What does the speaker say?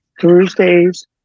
Thursdays